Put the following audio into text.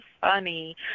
funny